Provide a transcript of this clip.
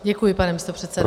Děkuji, pane místopředsedo.